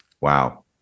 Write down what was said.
Wow